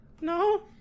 No